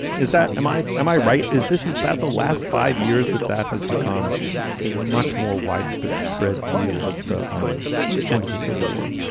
is that. am i. am i right? is this is about the last five years that that has become a much more widespread spread view of the um end of the civil war?